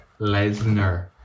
Lesnar